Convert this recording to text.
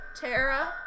Tara